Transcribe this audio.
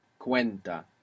cuenta